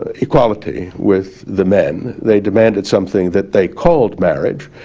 ah equality with the men. they demanded something that they called marriage.